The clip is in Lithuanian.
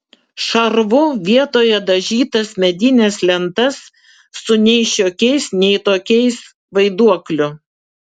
šarvu vietoje dažytas medines lentas su nei šiokiais nei tokiais vaiduokliu